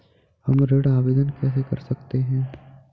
हम ऋण आवेदन कैसे कर सकते हैं?